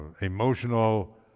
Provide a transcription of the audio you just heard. emotional